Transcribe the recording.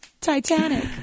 Titanic